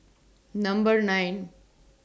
Number nine